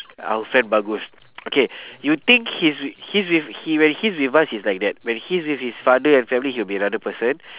our friend bagus okay you think he's with he's with he when he's with us he's like that when he's with his father and family he'll be another person